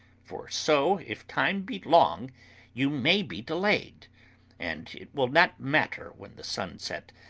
for so if time be long you may be delayed and it will not matter when the sun set,